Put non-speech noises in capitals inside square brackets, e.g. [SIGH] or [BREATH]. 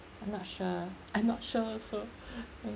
I'm not sure I'm not sure also [BREATH] [NOISE]